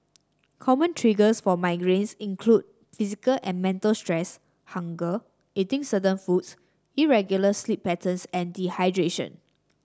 common triggers for migraines include physical and mental stress hunger eating certain foods irregular sleep patterns and dehydration